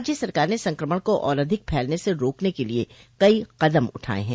राज्य सरकार ने संक्रमण को और अधिक फैलने को रोकने के लिए कई कदम उठाए हैं